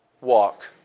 walk